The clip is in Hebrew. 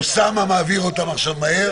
אוסאמה מעביר אותם עכשיו מהר.